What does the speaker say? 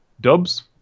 dubs